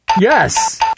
Yes